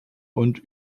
und